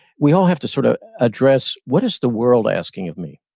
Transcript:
we all have to sort of address, what is the world asking of me?